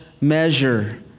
measure